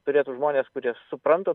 turėtų žmonės kurie supranta